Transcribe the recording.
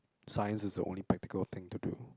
science is the only practical thing to do